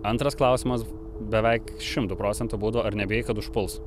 antras klausimas beveik šimtu procentų būdavo ar nebijai kad užpuls